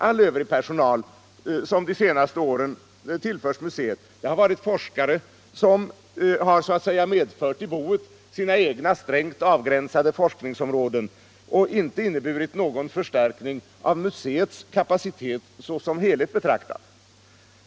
All övrig personal som de senaste åren tillförts museet har varit forskare som så att säga medfört i boet sina egna strängt avgränsade forskningsområden och inte inneburit någon förstärkning av museets kapacitet som helhet betraktad.